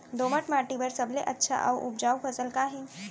दोमट माटी बर सबले अच्छा अऊ उपजाऊ फसल का हे?